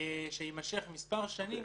שיימשך מספר שנים.